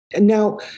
Now